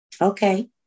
Okay